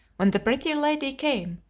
when the pretty lady came,